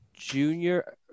junior